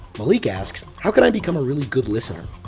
malik asks, how could i become a really good listener?